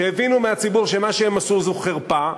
שהבינו מהציבור שמה שהם עשו זו חרפה,